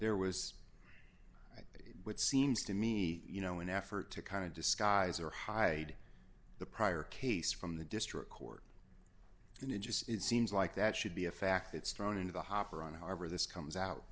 there was what seems to me you know an effort to kind of disguise or high the prior case from the district court and it just seems like that should be a fact it's thrown into the hopper on however this comes out